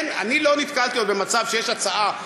לא נתקלתי עוד במצב שיש הצעה,